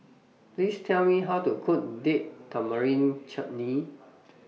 Please Tell Me How to Cook Date Tamarind Chutney